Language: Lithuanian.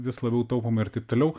vis labiau taupoma ir taip toliau